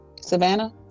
Savannah